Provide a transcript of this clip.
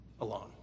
alone